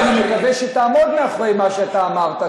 ואני מקווה שתעמוד מאחורי מה שאתה אמרת,